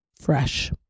fresh